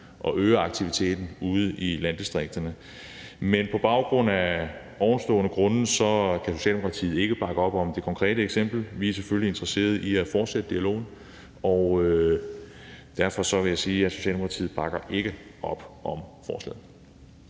og øger aktiviteten ude i landdistrikterne. Men af ovenstående grunde kan Socialdemokratiet ikke bakke op om det konkrete forslag. Vi er selvfølgelig interesserede i at fortsætte dialogen, og derfor vil jeg sige, at Socialdemokratiet ikke bakker op om forslaget.